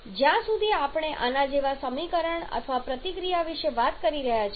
જ્યાં સુધી આપણે આના જેવા સમીકરણ અથવા પ્રતિક્રિયા વિશે વાત કરી રહ્યા છીએ